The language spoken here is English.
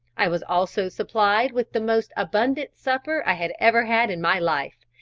i was also supplied with the most abundant supper i had ever had in my life,